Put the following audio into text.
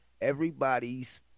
Everybody's